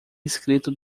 escrito